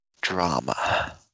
Drama